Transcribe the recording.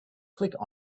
click